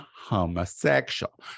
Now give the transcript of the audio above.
homosexual